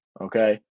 Okay